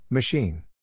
Machine